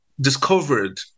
discovered